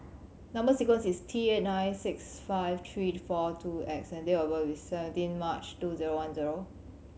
number sequence is T eight nine six five three four two X and date of birth is seventeen March two zero one zero